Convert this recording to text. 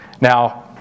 Now